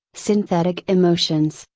synthetic emotions,